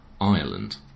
Ireland